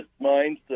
mindset